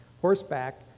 horseback